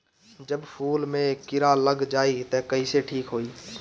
जब फूल मे किरा लग जाई त कइसे ठिक होई?